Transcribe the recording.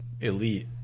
elite